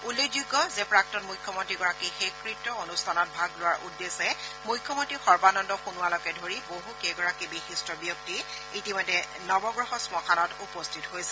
উল্লেখ্য যে প্ৰাক্তন মুখ্যমন্ত্ৰীগৰাকীৰ শেষকৃত্য অনুষ্ঠানত ভাগ লোৱাৰ উদ্দেশ্যে মুখ্যমন্ত্ৰী সৰ্বানন্দ সোণোৱালকে ধৰি বহুকেইগৰাকী বিশিষ্ট ব্যক্তি ইতিমধ্যে নৱগ্ৰহ শ্মশানত উপস্থিত হৈছে